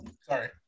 Sorry